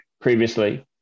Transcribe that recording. previously